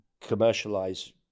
commercialize